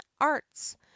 arts